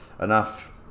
enough